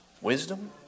wisdom